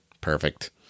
perfect